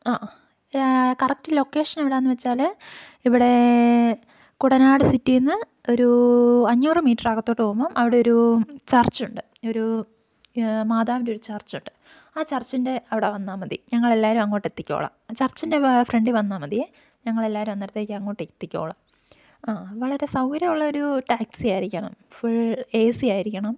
ആ correct location എവിടെ ആണ് വച്ചാൽ ഇവിടെ കുട്ടനാട് സിറ്റിൽ നിന്ന് ഒരു അഞ്ഞൂറ് മീറ്റർ അകത്തോട്ട് പോകുമ്പോൾ അവിടെ ഒരു ചർച്ചുണ്ട് ഒരു മാതാവിൻ്റെ ഒരു ചർച്ചുണ്ട് ആ ചർച്ചിൻ്റെ അവിടെ വന്നാൽ മതി ഞങ്ങളെല്ലാവരും അങ്ങോട്ട് എത്തിക്കോളാം ചർച്ചിൻ്റെ ഫ്രണ്ടിൽ വന്നാൽ മതിയെ ഞങ്ങളെല്ലാവരും അന്നേരത്തേക്ക് അങ്ങോട്ട് എത്തിക്കോളാം ആ വളരെ സൗകര്യമുള്ളൊരു ടാക്സി ആയിരിക്കണം ഫുൾ എ സി ആയിരിക്കണം